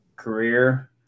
career